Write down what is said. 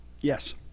Yes